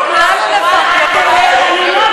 שכולנו נפרגן לך.